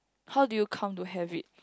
how do you come to have it